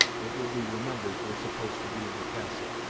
it will be remembered, were supposed to be in the castle,